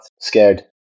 scared